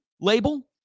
label